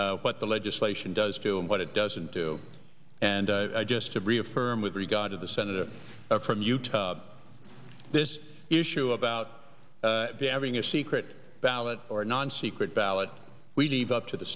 what the legislation does do and what it doesn't do and i just to reaffirm with regard to the senator from utah this issue about having a secret ballot or non secret ballot we leave up to the